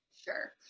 sure